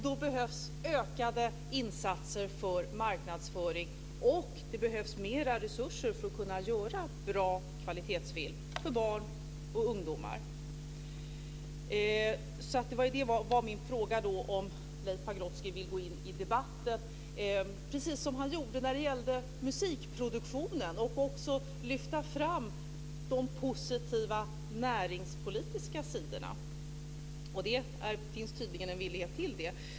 Då behövs ökade insatser för marknadsföring, och det behövs mer resurser för att kunna göra bra kvalitetsfilm för barn och ungdomar. Min fråga var om Leif Pagrotsky vill gå in i debatten, precis som han gjorde när det gällde musikproduktionen, och också lyfta fram de positiva näringspolitiska sidorna. Det finns tydligen en vilja till det.